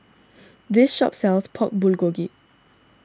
this shop sells Pork Bulgogi